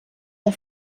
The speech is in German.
der